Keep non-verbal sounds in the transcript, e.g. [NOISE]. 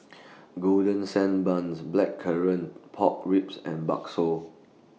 [NOISE] Golden Sand Bun's Blackcurrant Pork Ribs and Bakso